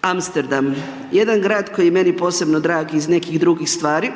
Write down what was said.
Amsterdam. Jedan grad koji je meni posebno drag iz nekih drugih stvari,